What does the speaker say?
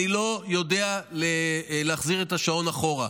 אני לא יודע להחזיר את השעון אחורה.